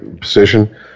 position